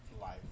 life